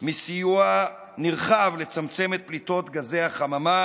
מסיוע נרחב לצמצם את פליטות גזי החממה